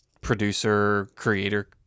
producer-creator